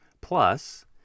Plus